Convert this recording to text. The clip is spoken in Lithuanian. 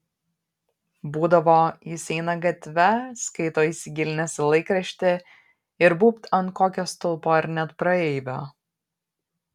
būdavo jis eina gatve skaito įsigilinęs į laikraštį ir būbt ant kokio stulpo ar net praeivio